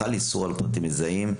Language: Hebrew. חל איסור על פרטים מזהים.